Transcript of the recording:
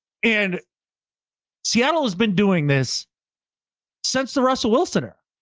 and seattle has been doing this since the russell wilson here.